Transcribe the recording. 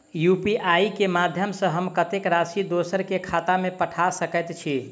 UPI केँ माध्यम सँ हम कत्तेक राशि दोसर केँ खाता मे पठा सकैत छी?